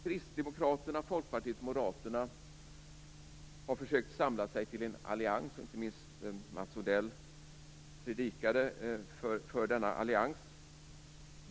Kristdemokraterna, Folkpartiet och Moderaterna har försökt samla sig till en allians. Inte minst Mats Odell predikade för denna allians.